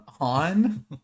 on